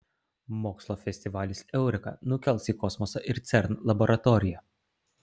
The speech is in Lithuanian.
mokslo festivalis eureka nukels į kosmosą ir cern laboratoriją